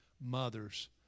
mothers